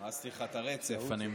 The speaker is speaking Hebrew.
הרסתי לך את הרצף, אני מבין.